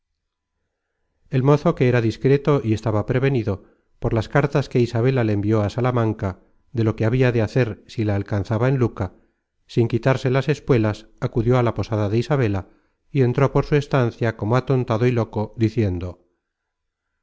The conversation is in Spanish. el mozo que era discreto y estaba prevenido por las cartas que isabela le envió a salamanca de lo que habia de hacer si la alcanzaba en luca sin quitarse las espuelas acudió a la posada de isabela y entró por su estancia como atontado y loco diciendo